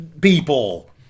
people